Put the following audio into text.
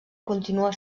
continua